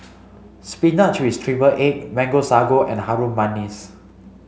spinach with triple egg mango sago and Harum Manis